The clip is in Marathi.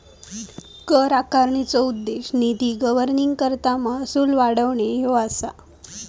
कर आकारणीचो उद्देश निधी गव्हर्निंगकरता महसूल वाढवणे ह्या असा